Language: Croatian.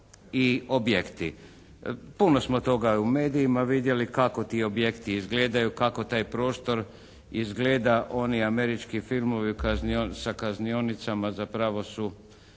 i objekti. Puno smo toga u medijima vidjeli. Kako ti objekti izgledaju? Kako taj prostor izgleda? Oni američki filmovi sa kaznionicama zapravo su